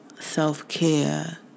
self-care